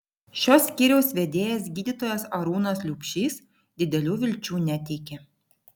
šio skyriaus vedėjas gydytojas arūnas liubšys didelių vilčių neteikė